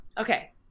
Okay